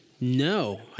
No